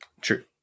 True